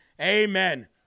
Amen